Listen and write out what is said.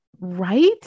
Right